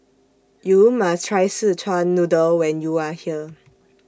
YOU must Try Szechuan Noodle when YOU Are here